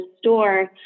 store